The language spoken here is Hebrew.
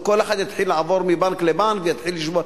אז כל אחד יתחיל לעבור מבנק לבנק ויתחיל לשבור.